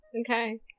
okay